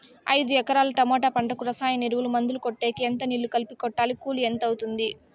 ఐదు ఎకరాల టమోటా పంటకు రసాయన ఎరువుల, మందులు కొట్టేకి ఎంత నీళ్లు కలిపి కొట్టాలి? కూలీ ఎంత అవుతుంది?